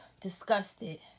disgusted